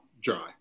dry